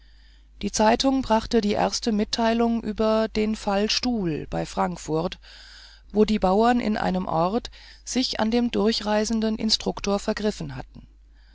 die zeitung brachte die erste mitteilung über den fall stuh bei frankfurt wo die bauern in einem ort sich an dem durchreisenden instruktor vergriffen hatten